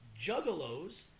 juggalos